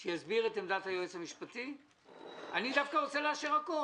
אני רוצה לאשר הכל.